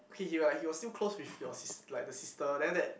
okay he was like he was still close with your sis like the sister then after that